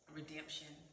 redemption